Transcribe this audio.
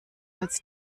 als